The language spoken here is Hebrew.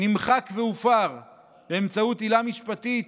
נמחק והופר באמצעות עילה משפטית